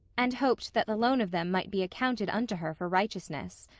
and hoped that the loan of them might be accounted unto her for righteousness.